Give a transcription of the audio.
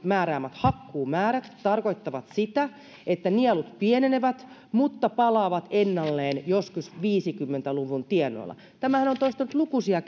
määräämät hakkuumäärät tarkoittavat sitä että nielut pienenevät mutta palaavat ennalleen joskus viisikymmentä luvun tienoilla tämän hän on toistanut lukuisia